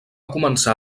començar